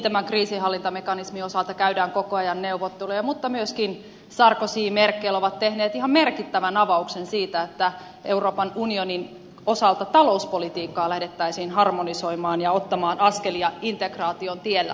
tämän kriisinhallintamekanismin osalta käydään koko ajan neuvotteluja mutta myöskin sarkozy ja merkel ovat tehneet ihan merkittävän avauksen siitä että euroopan unionin osalta talouspolitiikkaa lähdettäisiin harmonisoimaan ja ottamaan askelia integraation tiellä